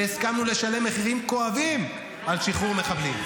והסכמנו לשלם מחירים כואבים על שחרור מחבלים.